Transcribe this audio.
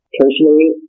personally